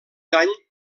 any